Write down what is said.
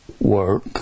work